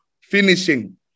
Finishing